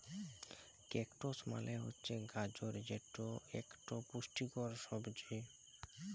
carrots মালে হছে গাজর যেট ইকট পুষ্টিকর সবজি